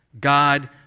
God